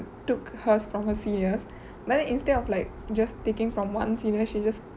took her's from her seniors but then instead of like just taking from one senior she just